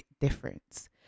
difference